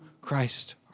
Christ